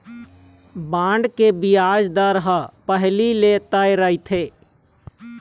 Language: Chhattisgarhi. बांड के बियाज दर ह पहिली ले तय रहिथे